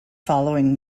following